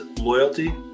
loyalty